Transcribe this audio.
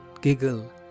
giggle